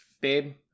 Babe